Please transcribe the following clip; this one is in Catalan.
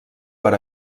per